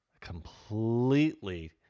completely